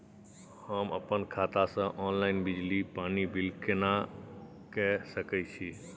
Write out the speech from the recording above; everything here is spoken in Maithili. हम अपन खाता से ऑनलाइन बिजली पानी बिल केना के सकै छी?